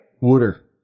Water